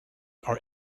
are